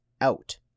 out